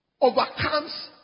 overcomes